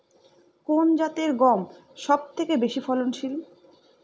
কোন জাতের গম সবথেকে বেশি ফলনশীল?